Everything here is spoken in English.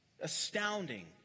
astounding